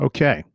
Okay